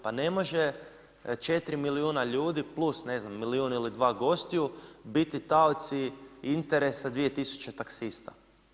Pa ne može 4 milijuna ljudi plus ne znam milijun ili dva gostiju biti taoci interesa 2000 taksista.